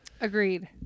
agreed